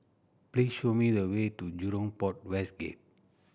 please show me the way to Jurong Port West Gate